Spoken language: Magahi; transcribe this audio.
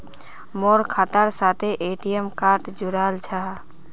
मोर खातार साथे ए.टी.एम कार्ड जुड़ाल छह